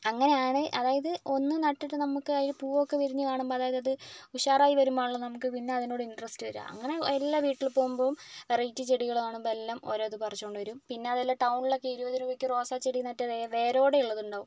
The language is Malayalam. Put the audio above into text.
അങ്ങനെയാണ് അതായത് ഒന്ന് നട്ടിട്ട് നമുക്ക് അതിൽ പൂവൊക്കെ വിരിഞ്ഞ് കാണുമ്പോള് അതായതത് ഉഷാറായി വരുമ്പോഴാണല്ലോ നമുക്ക് പിന്നെ അതിനോട് ഇൻട്രസ്റ്റ് വരിക അങ്ങനെ എല്ലാ വീട്ടിലും പോകുമ്പോഴും വെറൈറ്റി ചെടികള് കാണുമ്പോള് എല്ലാം ഓരോന്ന് പറിച്ചുകൊണ്ടുവരും പിന്നെ അതുമല്ല ടൗണിലൊക്കെ ഇരുപത് രൂപയ്ക്ക് റോസാച്ചെടിയെന്ന് പറഞ്ഞിട്ട് വേരോടെയുള്ളതുണ്ടാകും